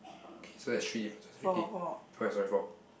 K so that's three differences already oh ya sorry four